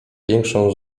większą